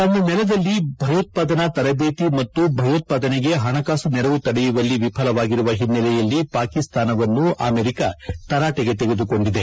ತನ್ನ ನೆಲದಲ್ಲಿ ಭಯೋತ್ಪಾದನಾ ತರಬೇತಿ ಮತ್ತು ಭಯೋತ್ಪಾದನೆಗೆ ಹಣಕಾಸು ನೆರವು ತಡೆಯುವಲ್ಲಿ ವಿಫಲವಾಗಿರುವ ಹಿನ್ನೆಲೆಯಲ್ಲಿ ಪಾಕಿಸ್ತಾನವನ್ನು ಅಮೆರಿಕ ತರಾಟೆಗೆ ತೆಗೆದುಕೊಂಡಿದೆ